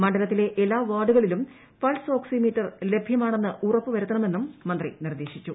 മണ്ഡലത്തിലെ എല്ലാ പ്പാർഡുകളിലും പൾസ് ഓക്സിമീറ്റർ ലഭ്യമാണെന്ന് ഉറപ്പുവരുത്തണമെന്നും മന്ത്രി നിർദ്ദേശിച്ചു